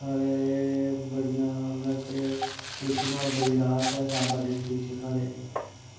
साढ़े बड़ियां मतलव के प्लयूशन कोला बड़ी राहत ऐ सांबा डिस्टिक च साढ़े